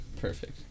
Perfect